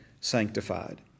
sanctified